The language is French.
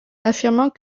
affirmant